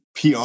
PR